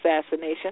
assassination